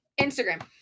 instagram